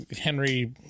henry